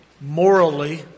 morally